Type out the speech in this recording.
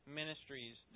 ministries